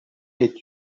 est